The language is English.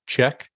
Check